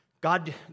God